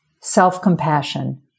Self-compassion